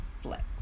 flex